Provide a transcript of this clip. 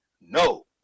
No